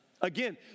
Again